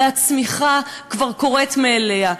הרי הצמיחה כבר קורית מאליה.